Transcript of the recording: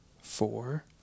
Four